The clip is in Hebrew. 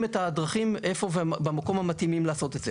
את הדרכים ואת המקום המתאים לעשות את זה.